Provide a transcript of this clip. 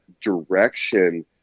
direction